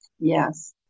Yes